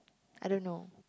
I don't know